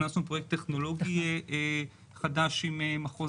הכנסנו פרויקט טכנולוגי חדש עם מחוז